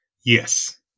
Yes